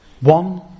one